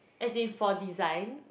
as in for design